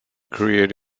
create